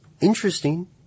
Interesting